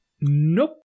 Nope